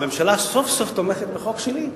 הממשלה סוף-סוף תומכת בחוק שלי,